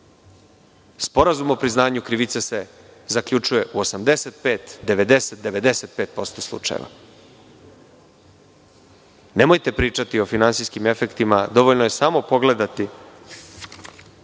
sporazum o priznanju krivice se zaključuje u 85%, 90%, 95% slučajeva. Nemojte pričati o finansijskim efektima, dovoljno je samo pogledati